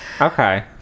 Okay